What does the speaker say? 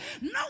no